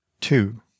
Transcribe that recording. two